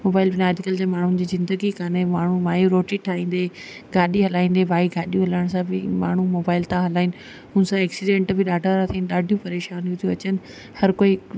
mobile बिना अॼुकल्ह जे माण्हुनि जी जिन्दगी काने माण्हू माई रोटी ठाहींदे गाॾी हलाईंदे भाई गाॾियूं हलाइण सां बि माण्हू मोबाइल था हलाइनि हुनसां एक्सीडेंट बि ॾाढा था थिअनि ॾाढियूं परेशानियूं थियूं अचनि हर कोई